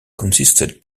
consisted